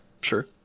Sure